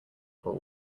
pool